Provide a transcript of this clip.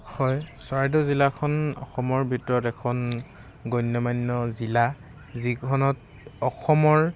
হয় চৰাইদেউ জিলাখন অসমৰ ভিতৰত এখন গণ্যমান্য জিলা যিখনত অসমৰ